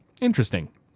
Interesting